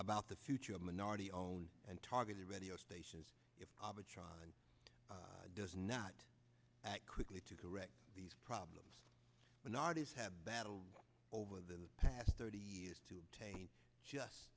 about the future of minority owned and targeted readier stations arbitron does not act quickly to correct these problems when artists have battled over the past thirty years to obtain just